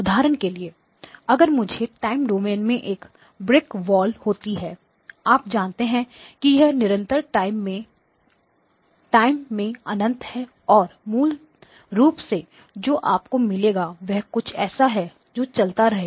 उदाहरण के लिए अगर मुझे टाइम डोमेन में एक ब्रिक वॉल होती आप जानते हैं कि यह निरंतर टाइम में टाइम में अनंत है तो मूल रूप से जो आपको मिलेगा वह कुछ ऐसा है जो चलता रहेगा